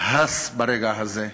הס ברגע זה.